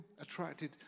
attracted